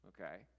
okay